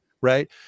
Right